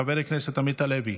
חבר הכנסת עמית הלוי,